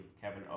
Kevin